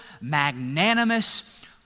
magnanimous